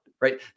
Right